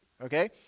okay